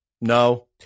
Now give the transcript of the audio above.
No